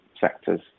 sectors